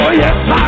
yes